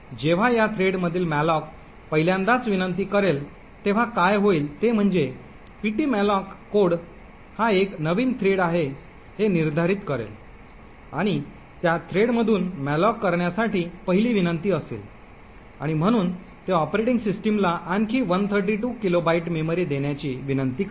जेव्हा या थ्रेडमधील मॅलोक पहिल्यांदाच विनंती करेल तेव्हा काय होईल ते म्हणजे पीटीमलोक कोड हा एक नवीन थ्रेड आहे हे निर्धारित करेल आणि त्या थ्रेडमधून मॅलोक करण्यासाठी पहिली विनंती असेल आणि म्हणून ते ऑपरेटिंग सिस्टमला आणखी 132 किलोबाइट मेमरी देण्याची विनंती करेल